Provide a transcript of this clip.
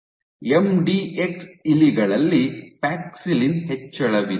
MDX ಇಲಿಗಳಲ್ಲಿ paxillin ಹೆಚ್ಚಳವಿದೆ